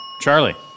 Charlie